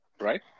right